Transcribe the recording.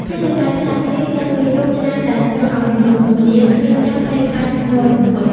ហើយសម្រែកសត្វនេះនៅពេលយប់ ច្រើនតែធ្វើឱ្យមនុស្សម្នាក្មេងចាស់ភ័យខ្លាចញ័ររន្ធត់ ។